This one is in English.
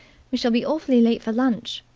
we shall be awfully late for lunch.